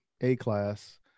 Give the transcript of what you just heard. A-class